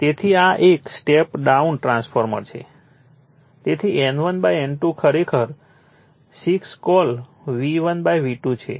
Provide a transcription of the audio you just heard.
તેથી આ એક સ્ટેપ ડાઉન ટ્રાન્સફોર્મર છે તેથી N1 N2 ખરેખર 6 કોલ V1 V2 છે